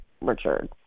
richard